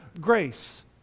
grace